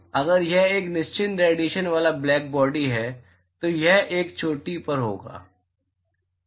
तो अगर यह एक निश्चित रेडिएशन वाला ब्लैक बॉडी है तो यह एक ही चोटी पर होगा